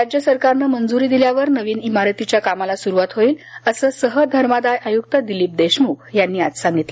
राज्य सरकारनं मंजुरी दिल्यावर नवीन इमारतीच्या कामाला सुरुवात होईल असं सहधर्मादाय आयुक्त दिलिप देशमुख यांनी सांगितलं